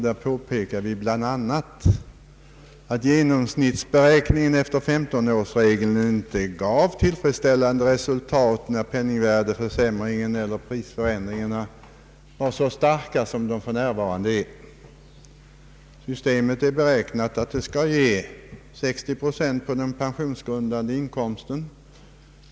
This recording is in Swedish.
Där påpekades bl.a. att genomsnittsberäkningen efter 15-årsregeln inte gav tillfredsstäl lande resultat när penningvärdeförsämringen eller prisförändringarna var så starka som för närvarande. Systemet är beräknat att ge 60 procent av den pensionsgrundande inkomsten.